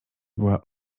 była